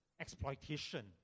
exploitation